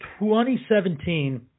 2017